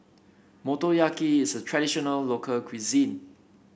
Motoyaki is a traditional local cuisine